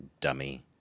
dummy